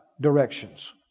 directions